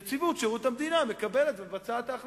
נציבות שירות המדינה מקבלת ומבצעת את ההחלטה.